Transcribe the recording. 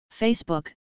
Facebook